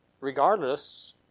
regardless